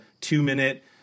two-minute